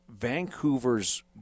Vancouver's